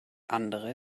andere